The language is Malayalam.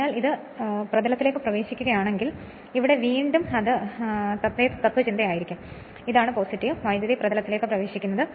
അതിനാൽ അത് സമതലത്തിലേ ക്ക്പ്രവേശിക്കുകയാണെങ്കിൽ ഇവിടെ വീണ്ടും അതേ തത്ത്വചിന്ത ആയിരിക്കും ഇതാണ് വൈദ്യുതി സമതലത്തിലേക്ക് പ്രവേശിക്കുന്നത്